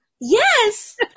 Yes